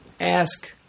ask